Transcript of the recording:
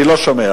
אני לא שומע.